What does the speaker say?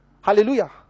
hallelujah